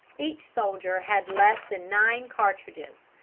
each soldier had less than nine cartridges,